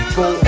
go